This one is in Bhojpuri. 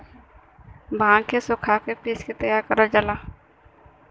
भांग के सुखा के पिस के तैयार करल जाला